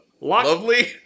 lovely